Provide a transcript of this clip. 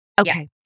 Okay